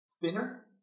thinner